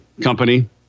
company